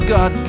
God